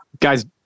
Guys